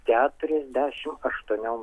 keturiasdešim aštuoniom